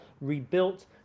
rebuilt